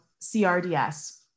CRDS